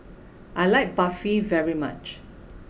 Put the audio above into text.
I like Barfi very much